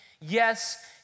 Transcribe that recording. Yes